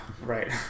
right